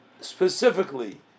specifically